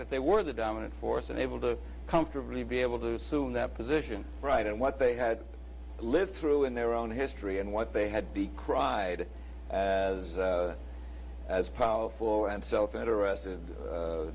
that they were the dominant force and able to comfortably be able to soon that position right and what they had lived through in their own history and what they had be cried as as powerful and self interest